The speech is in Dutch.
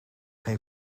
geen